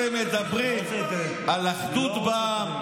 אלה מדברים על אחדות בעם,